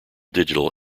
digital